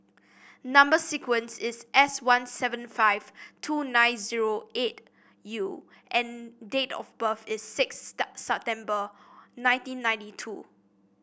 number sequence is S one seven five two nine zero eight U and date of birth is six September nineteen ninety two